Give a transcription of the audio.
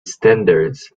standards